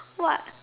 what